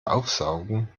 aufsaugen